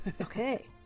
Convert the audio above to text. Okay